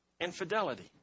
infidelity